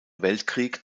weltkrieg